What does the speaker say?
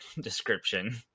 description